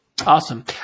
Awesome